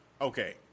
okay